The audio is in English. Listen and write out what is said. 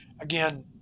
Again